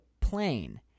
plane